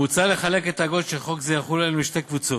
מוצע לחלק את האגרות שחוק זה יחול עליהן לשתי קבוצות: